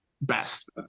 best